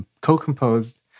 co-composed